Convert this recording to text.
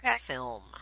film